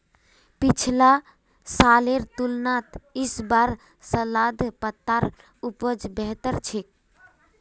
पिछला सालेर तुलनात इस बार सलाद पत्तार उपज बेहतर छेक